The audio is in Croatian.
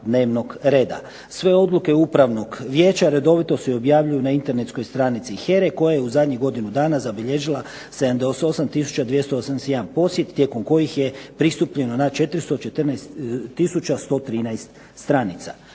Sve odluke Upravnog vijeća redovito se objavljuju na internetskoj stranici HERE koja je u zadnjih godinu dana zabilježila 78281 posjet tijekom kojih je pristupljeno na 414113 stranica.